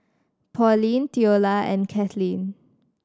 Pauline Theola and Kathleen